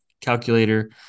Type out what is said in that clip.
calculator